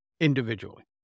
individually